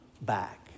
back